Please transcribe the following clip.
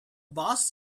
boss